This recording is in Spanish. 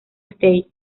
state